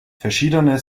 verschiedene